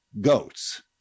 goats